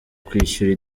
kwishyura